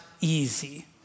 easy